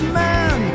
man